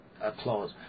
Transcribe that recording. applause